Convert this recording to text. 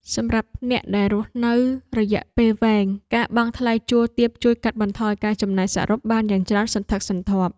សម្រាប់អ្នកដែលរស់នៅរយៈពេលវែងការបង់ថ្លៃជួលទាបជួយកាត់បន្ថយការចំណាយសរុបបានយ៉ាងច្រើនសន្ធឹកសន្ធាប់។